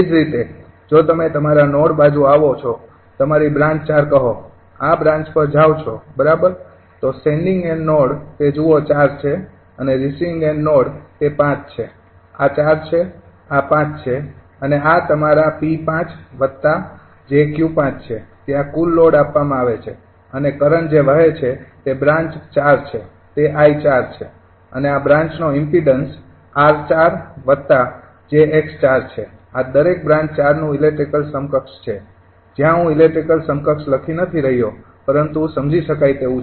એ જ રીતે જો તમે તમારા નોડ બાજુ આવો છો તમારી બ્રાન્ચ ૪ કહો આ બ્રાન્ચ પર જાવ છો બરાબર તો સેંડિંગ એન્ડ નોડ તે જુઓ ૪ છે અને રિસીવિંગ એન્ડ નોડ તે ૫ છે આ ૪ છે આ ૫ છે અને આ તમારા 𝑃૫𝑗𝑄૫ છે ત્યાં કુલ લોડ આપવામાં આવે છે અને કરંટ જે વહે છે તે બ્રાન્ચ ૪ છે તે 𝐼૪ છે અને આ બ્રાન્ચનો ઇમ્પીડન્સ 𝑟૪𝑗𝑥૪ છે આ દરેક બ્રાન્ચ ૪ નું ઇલેક્ટ્રિકલ સમકક્ષ છે જ્યાં હું ઇલેક્ટ્રિકલ સમકક્ષ નથી લખી રહ્યો પરંતુ સમજી શકાય તેવું છે